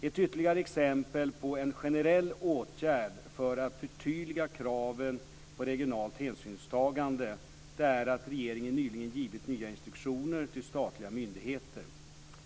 Ett ytterligare exempel på en generell åtgärd för att förtydliga kraven på regionalt hänsynstagande är att regeringen nyligen givit nya instruktioner till statliga myndigheter.